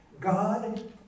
God